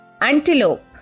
Antelope